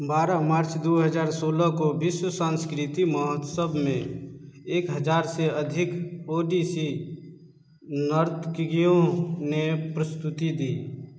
बारह मार्च दो हजार सोलह को विश्व सांस्कृतिक महोत्सव में एक हजार से अधिक ओड़िसी नर्तकियों ने प्रस्तुति दी